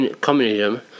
communism